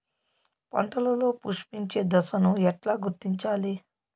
పంటలలో పుష్పించే దశను ఎట్లా గుర్తించాలి?